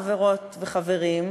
חברות וחברים,